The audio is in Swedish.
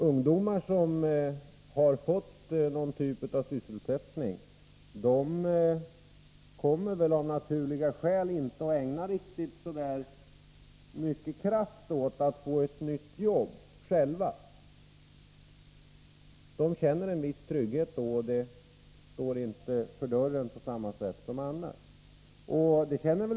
Ungdomar som fått någon typ av sysselsättning kommer väl av naturliga skäl att inte ägna riktigt lika mycket kraft åt att få ett nytt jobb själva. De känner en viss trygghet då — arbetslösheten står inte på samma sätt för dörren som annars.